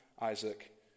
Isaac